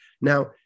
now